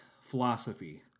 philosophy